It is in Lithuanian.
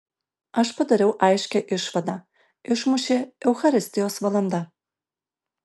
aš padariau aiškią išvadą išmušė eucharistijos valanda